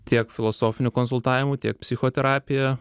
tiek filosofiniu konsultavimu tiek psichoterapija